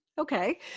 Okay